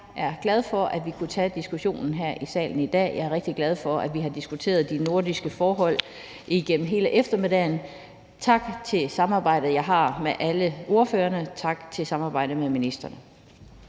Jeg er glad for, at vi kunne tage diskussionen her i salen i dag. Jeg er rigtig glad for, at vi har diskuteret de nordiske forhold igennem hele eftermiddagen. Tak for samarbejdet, jeg har med alle ordførerne, og tak for samarbejdet med ministrene.